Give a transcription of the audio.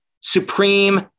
supreme